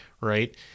right